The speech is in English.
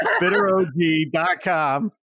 BitterOG.com